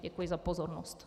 Děkuji za pozornost.